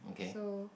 so